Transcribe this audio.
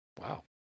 Wow